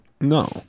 No